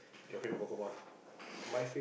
your favorite Pokemon